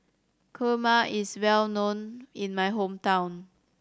kurma is well known in my hometown